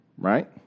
right